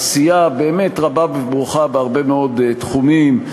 עשייה באמת רבה וברוכה בהרבה מאוד תחומים,